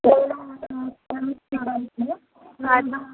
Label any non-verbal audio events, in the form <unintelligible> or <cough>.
<unintelligible>